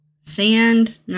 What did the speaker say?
Sand